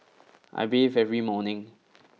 I bathe every morning